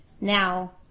Now